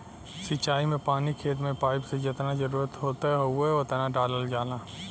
सिंचाई में पानी खेत में पाइप से जेतना जरुरत होत हउवे ओतना डालल जाला